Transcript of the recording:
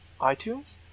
iTunes